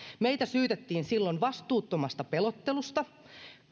meitä syytettiin silloin vastuuttomasta pelottelusta